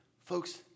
folks